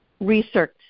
Research